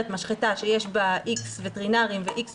משחטה שיש בה איקס וטרינרים ואיקס פקחים.